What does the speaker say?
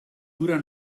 gura